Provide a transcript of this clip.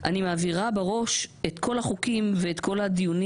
אני מעבירה בראש את כל החוקים ואת כל הדיונים